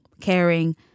caring